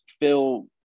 Phil